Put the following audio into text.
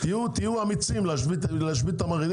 תהיו אמיצים להשבית את המערכת.